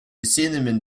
cinnamon